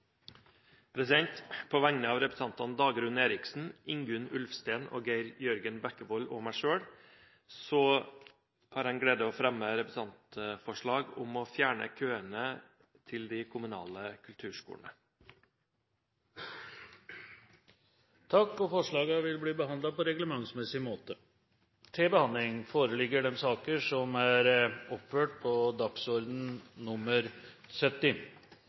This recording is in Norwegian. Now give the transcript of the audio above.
På vegne av representantene Dagrun Eriksen, Ingunn E. Ulfsten, Geir Jørgen Bekkevold og meg selv har jeg gleden av å fremme representantforslag om å fjerne køene til de kommunale kulturskolene. Forslagene vil bli behandlet på reglementsmessig måte. Regjeringen liker å male et rosenrødt bilde av sin egen innsats på